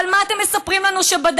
אבל מה אתם מספרים לנו שבדקתם?